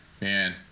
Man